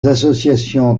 associations